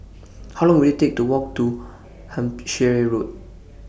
How Long Will IT Take to Walk to Hampshire Road